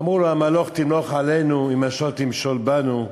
אמרו לו: "המלֹך תמלֹך עלינו אם משול תמשֹל בנו?